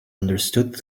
understood